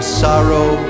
sorrow